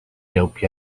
dope